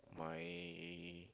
my